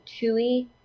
chewy